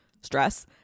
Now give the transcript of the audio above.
stress